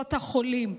קופות החולים,